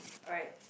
alright